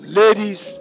ladies